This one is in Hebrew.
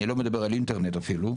אני לא מדבר על אינטרנט אפילו,